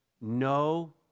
No